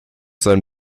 sein